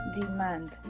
demand